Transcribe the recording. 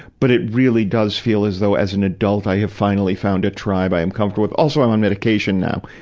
but it really does feel as though, as an adult, i have finally found a tribe i am comfortable with. also, i'm on medication now,